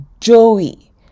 Joey